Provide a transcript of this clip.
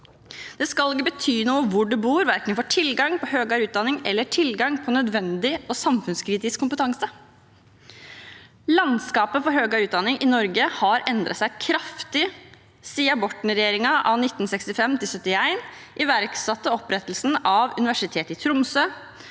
Det skal ikke bety noe hvor du bor, verken for tilgang på høyere utdanning eller på nødvendig og samfunnskritisk kompetanse. Landskapet for høyere utdanning i Norge har endret seg kraftig siden Borten-regjeringen av 1965–1971 iverksatte opprettelsen av Universitetet i Tromsø,